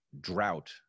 drought